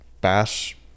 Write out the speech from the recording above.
bash